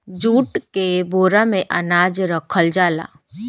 jute के बोरा में अनाज रखल जाला